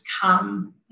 come